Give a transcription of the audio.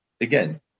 again